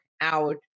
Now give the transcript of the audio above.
out